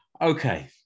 Okay